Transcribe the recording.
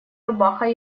рубаха